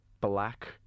black